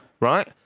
right